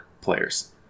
players